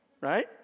right